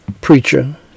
preacher